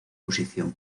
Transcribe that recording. posición